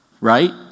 right